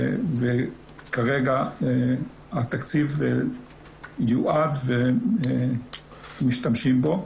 וכרגע התקציב יועד ומשתמשים בו,